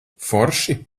forši